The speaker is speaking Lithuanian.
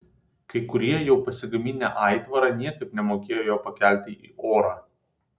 kai kurie jau pasigaminę aitvarą niekaip nemokėjo jo pakelti į orą